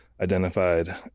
identified